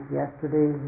yesterday